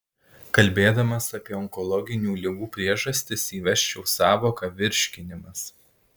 kalbėdamas apie onkologinių ligų priežastis įvesčiau sąvoką virškinimas